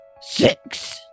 six